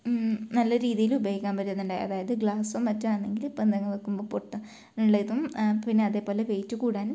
നല്ല രീതിയിൽ ഉപയോഗിക്കാൻ പറ്റുന്നുണ്ട് അതായത് ഗ്ലാസും മറ്റു ആണെങ്കിൽ ഇപ്പോൾ എന്തെങ്കിലും വെക്കുമ്പോൾ പൊട്ടും ഉള്ള ഇതും പിന്നെ അതേപോലെ വെയിറ്റ് കൂടാനും